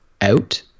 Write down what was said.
out